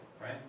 right